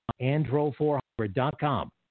Andro400.com